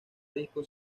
disco